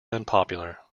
unpopular